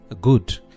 good